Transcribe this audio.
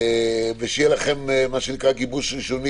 אנא תודיעו לי כשיהיה לכם גיבוש ראשוני,